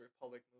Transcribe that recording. Republic